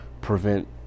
prevent